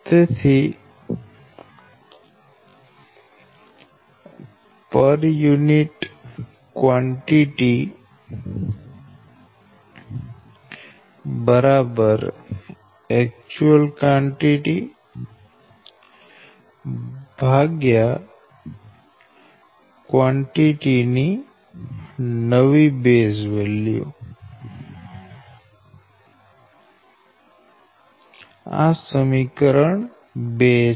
તેથી પર unit quantity વાસ્તવિક કવાંટીટી કવાંટીટી ની બેઝ વેલ્યુ આ સમીકરણ 2 છે